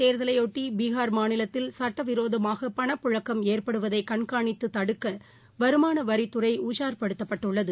தேர்கலையாட்டியீகார் மக்களவைத் மாநிலத்தில் சட்டவிரோதமாகபணப்புழக்கம் ஏற்படுவதைகண்காணித்துதடுக்கவருமானவரித்துறைஉஷாா் படுத்தப்பட்டுள்ளது